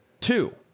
two